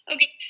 Okay